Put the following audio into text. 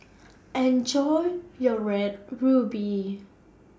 Enjoy your Red Ruby